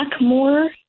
more